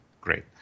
Great